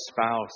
spouse